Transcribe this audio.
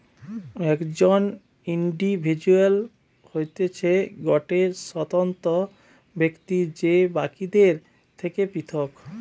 একজন ইন্ডিভিজুয়াল হতিছে গটে স্বতন্ত্র ব্যক্তি যে বাকিদের থেকে পৃথক